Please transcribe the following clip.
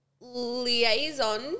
liaison